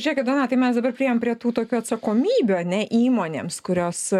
žiūrėkit donatai mes dabar priėjom prie tų tokių atsakomybių ane įmonėms kurios